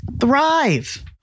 thrive